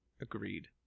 Agreed